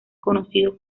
conocido